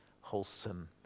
wholesome